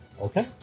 Okay